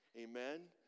Amen